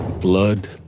blood